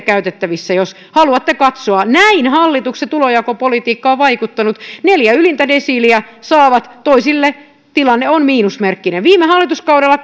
käytettävissänne jos haluatte katsoa näin hallituksen tulonjakopolitiikka on vaikuttanut neljä ylintä desiiliä saavat toisille tilanne on miinusmerkkinen viime hallituskaudella